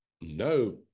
no